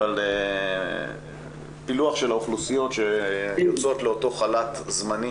אבל פילוח של האוכלוסיות שיוצאות לאותו חל"ת זמני.